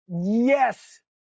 Yes